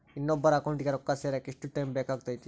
ಇನ್ನೊಬ್ಬರ ಅಕೌಂಟಿಗೆ ರೊಕ್ಕ ಸೇರಕ ಎಷ್ಟು ಟೈಮ್ ಬೇಕಾಗುತೈತಿ?